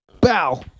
Bow